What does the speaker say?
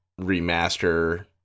remaster